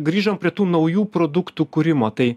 grįžom prie tų naujų produktų kūrimo tai